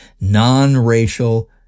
non-racial